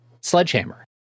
sledgehammer